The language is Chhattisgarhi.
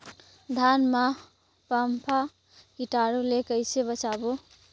धान मां फम्फा कीटाणु ले कइसे बचाबो?